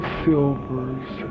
silvers